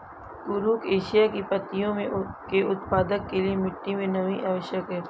कुरुख एशिया की पत्तियों के उत्पादन के लिए मिट्टी मे नमी आवश्यक है